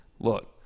look